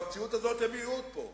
במציאות הזאת הם עוד יהיו פה.